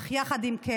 אך יחד עם זה,